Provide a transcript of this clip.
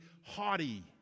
haughty